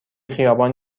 خیابان